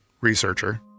researcher